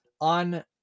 on